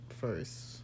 first